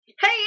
Hey